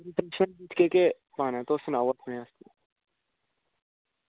केह् पाना तुस सनाओ आपें